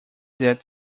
that